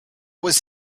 was